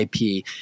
IP